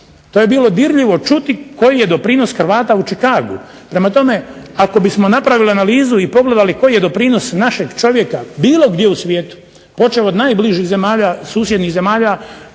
To je bilo dirljivo čuti koji je prilog Hrvata u Chicagu. Prema tome, ako bismo napravili analizu i pogledali koji je doprinos našeg čovjeka bilo gdje u svijetu, počev od najbližih susjednih zemalja,